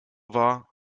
war